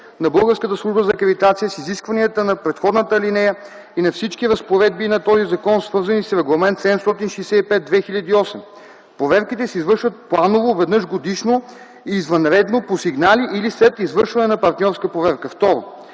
на Българската служба за акредитация с изискванията на предходната алинея и на всички разпоредби на този закон, свързани с Регламент 765/2008. Проверките се извършват планово веднъж годишно и извънредно – по сигнали или след извършване на партньорска проверка.” 2.